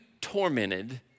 tormented